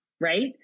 right